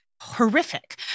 horrific